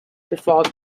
before